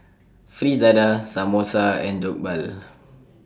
Fritada Samosa and Jokbal